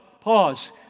pause